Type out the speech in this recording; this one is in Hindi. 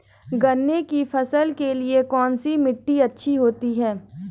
गन्ने की फसल के लिए कौनसी मिट्टी अच्छी होती है?